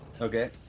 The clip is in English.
Okay